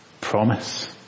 promise